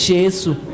Jesus